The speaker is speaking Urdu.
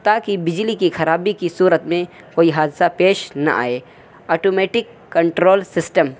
تاکہ بجلی کی خرابی کی صورت میں کوئی حادثہ پیش نہ آئے آٹومیٹک کنٹرول سسٹم